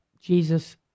Jesus